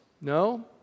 No